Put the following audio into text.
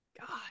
God